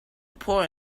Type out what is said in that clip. poor